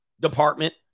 department